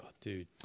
Dude